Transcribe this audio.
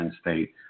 State